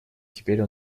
теперь